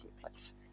place